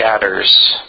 shatters